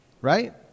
right